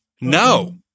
No